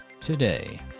Today